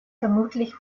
vermutlich